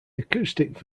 acoustic